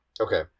Okay